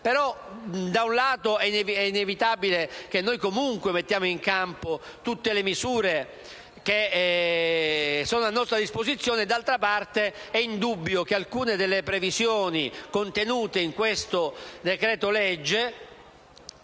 Da una parte è inevitabile che comunque mettiamo in campo tutte le misure a nostra disposizione; dall'altra parte, è indubbio che alcune delle previsioni contenute in questo decreto-legge